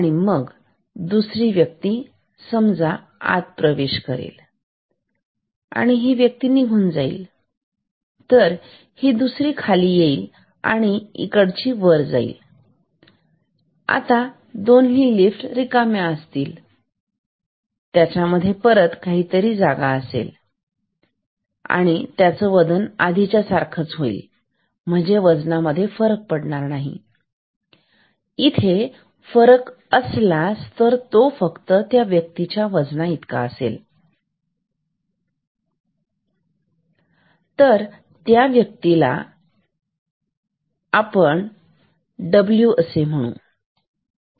आणि मग दुसरा व्यक्ती आत प्रवेश करेल आणि हा व्यक्ती निघून जाईल तर ही दुसरी खाली येईल आणि ही वर जाईल आता दोन लिफ्ट रिकामे असतील त्यात जागा असेल त्यांचं वजन तेव्हा सारखाच असेल वजनात फरक नाही आणि असला तरी तो फक्त व्यक्तीच्या वजनाचा आहे